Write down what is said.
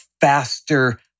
faster